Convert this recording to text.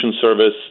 Service